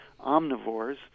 omnivores